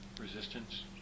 resistance